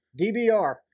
DBR